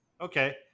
Okay